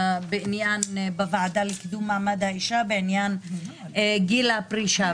אצלי בוועדה לקידום מעמד האישה בעניין גיל הפרישה.